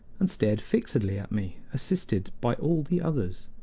and stared fixedly at me, assisted by all the others.